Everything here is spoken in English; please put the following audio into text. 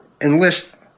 enlist